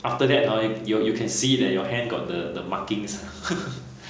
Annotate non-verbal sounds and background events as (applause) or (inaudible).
after that ha you'll you can see that your hand got the the markings (laughs)